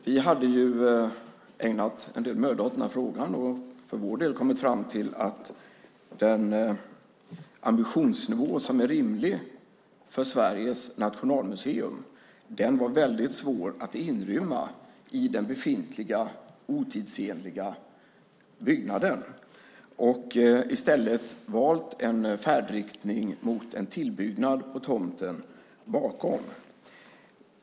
Vi hade ägnat en del möda åt frågan och för vår del kommit fram till att den ambitionsnivå som är rimlig för Sveriges nationalmuseum var väldigt svår att inrymma i den befintliga otidsenliga byggnaden och i stället valt en tillbyggnad på tomten bakom.